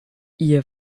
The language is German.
ihr